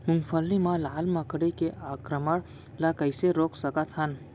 मूंगफली मा लाल मकड़ी के आक्रमण ला कइसे रोक सकत हन?